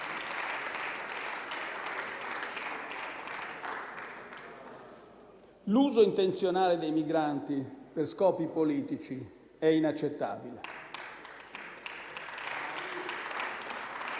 L'uso intenzionale dei migranti per scopi politici è inaccettabile.